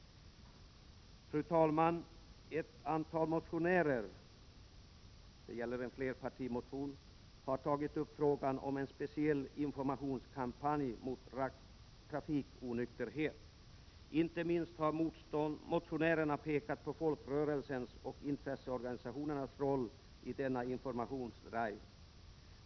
Fru talman! Ett antal motionärer, det gäller en flerpartimotion, har tagit upp frågan om en speciell informationskampanj mot trafikonykterhet. Inte minst har motionärerna pekat på folkrörelsens och intresseorganisationernas roll i denna informationsdrive.